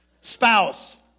Spouse